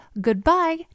goodbye